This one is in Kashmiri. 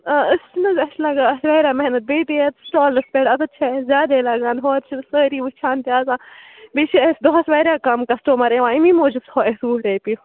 آ أسۍ چھِنہٕ حظ اَسہِ چھِ لَگان اَتھ واریاہ محنت بیٚیہِ تہِ یَتھ سِٹالَس پٮ۪ٹھ اَتَتھ چھِ اَسہِ زیادَے لَگان ہورٕ چھِ سٲری وُچھان تہِ آسان بیٚیہِ چھِ أسۍ دۄہَس واریاہ کَم کَسٹمَر یِوان اَمی موٗجوٗب تھوٚو اَسہِ وُہ رۄپیہِ